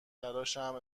تراشم